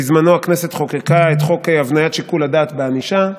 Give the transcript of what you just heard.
בזמנו הכנסת חוקקה את חוק הבניית שיקול הדעת בענישה,